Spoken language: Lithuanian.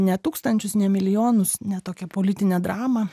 ne tūkstančius ne milijonus ne tokią politinę dramą